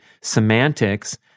semantics